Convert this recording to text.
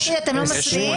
לא צריך להיות ילדותי.